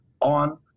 on